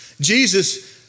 Jesus